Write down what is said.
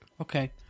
Okay